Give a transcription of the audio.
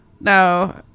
No